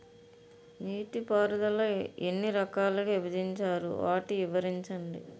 నీటిపారుదల ఎన్ని రకాలుగా విభజించారు? వాటి వివరించండి?